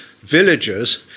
villagers